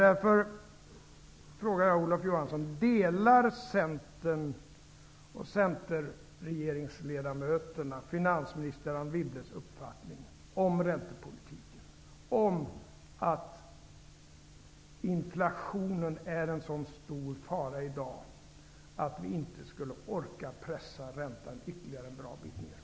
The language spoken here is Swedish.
Därför frågar jag Olof Johansson: Delar Centern och centerregeringsledamöterna finansminister Anne Wibbles uppfattning om räntepolitiken, att inflationen är en så stor fara i dag att vi inte skulle orka pressa räntan ytterligare en bra bit ner?